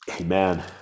Amen